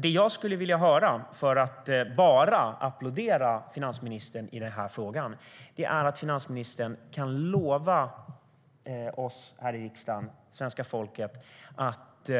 Det jag skulle vilja höra för att bara applådera finansministern i denna fråga är att finansministern kan lova oss här i riksdagen och svenska folket att